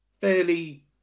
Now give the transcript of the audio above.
Fairly